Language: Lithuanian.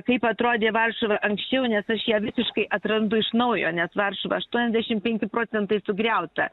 kaip atrodė varšuva anksčiau nes aš ją visiškai atrandu iš naujo nes varšuva aštuoniasdešim penki procentai sugriauta